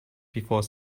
before